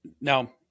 now